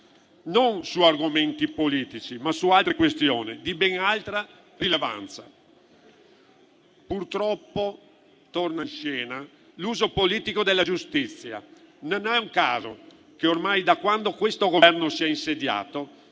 non su argomenti politici, ma su altre questioni, di ben altra rilevanza. Purtroppo, torna in scena l'uso politico della giustizia. Non è un caso che ormai, da quando questo Governo si è insediato,